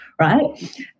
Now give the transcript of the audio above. right